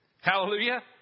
Hallelujah